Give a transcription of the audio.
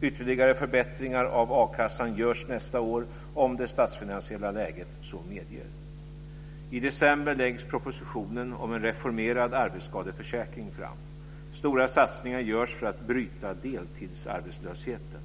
Ytterligare förbättringar av a-kassan görs nästa år om det statsfinansiella läget så medger. I december läggs propositionen om en reformerad arbetsskadeförsäkring fram. Stora satsningar görs för att bryta deltidsarbetslösheten.